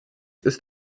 ist